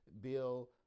Bill